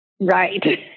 Right